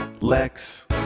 Lex